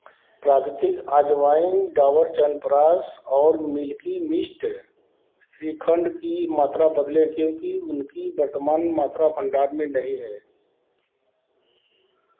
प्राकृतिक आजवाइन डाबर च्यवनप्रकाश और मिल्की मिस्ट श्रीखंड की मात्रा बदलें क्योंकि उनकी वर्तमान मात्रा भंडार में नहीं है